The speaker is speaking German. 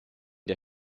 der